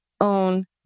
own